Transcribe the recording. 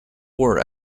war